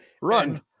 Run